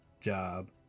job